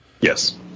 Yes